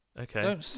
Okay